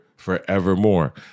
forevermore